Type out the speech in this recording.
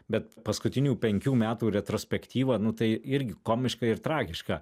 bet paskutinių penkių metų retrospektyva nu tai irgi komiška ir tragiška